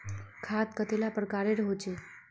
खाद कतेला प्रकारेर होचे?